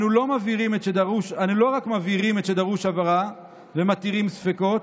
אנו לא רק מבהירים את שדרוש הבהרה ומתירים ספקות,